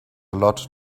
lot